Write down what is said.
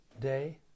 day